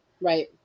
right